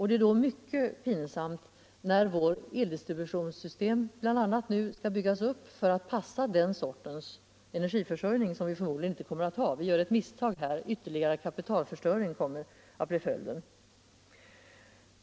Det är då mycket pinsamt när vårt eldistributionssystem nu skall byggas upp för att passa en sorts energiförsörjning som vi förmodligen inte kommer att ha. Vi gör ett misstag här, och ytterligare kapitalförstöring kommer att bli följden.